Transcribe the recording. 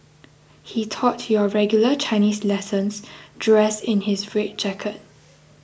he taught your regular Chinese lessons dressed in his red jacket